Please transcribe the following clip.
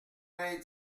vingt